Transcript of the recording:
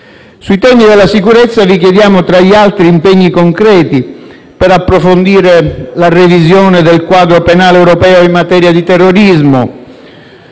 Sui temi della sicurezza vi chiediamo, tra gli altri, impegni concreti per approfondire la revisione del quadro penale europeo in materia di terrorismo;